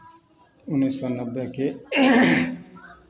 उन्नैस सए नब्बेके